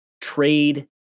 trade